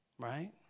Right